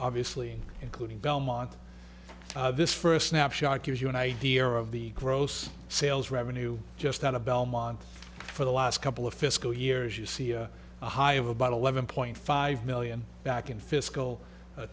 obviously including belmont this for a snapshot gives you an idea of the gross sales revenue just out of belmont for the last couple of fiscal years you see a high of about eleven point five million back in fiscal